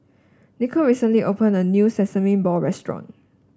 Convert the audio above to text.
Nico recently opened a new sesame ball restaurant